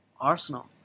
Arsenal